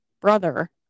brother